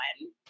one